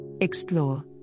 Explore